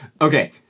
okay